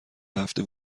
هفته